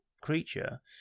creature